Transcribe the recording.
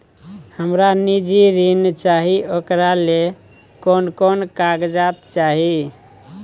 हमरा निजी ऋण चाही ओकरा ले कोन कोन कागजात चाही?